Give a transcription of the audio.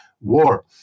war